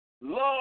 love